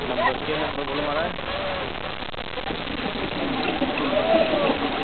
number केह् number बोलेओ म्हाराज